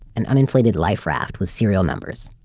an un-inflated life raft with serial numbers.